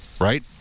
right